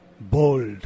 bold